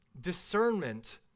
discernment